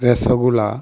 rasgulla